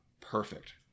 perfect